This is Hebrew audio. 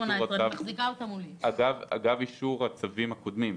ממשלה אגב אישור הצווים הקודמים.